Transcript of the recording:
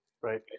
Right